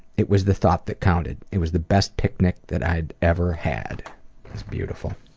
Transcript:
it was the thought that counted. it was the best picnic that i had ever had. that's beautiful.